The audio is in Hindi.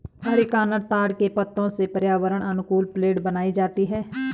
अरीकानट ताड़ के पत्तों से पर्यावरण अनुकूल प्लेट बनाई जाती है